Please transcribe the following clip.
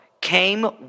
came